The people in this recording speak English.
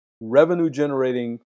revenue-generating